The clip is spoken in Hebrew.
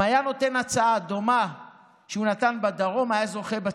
אם היה נותן הצעה דומה לזו שהוא נתן בדרום הוא היה זוכה בצפון.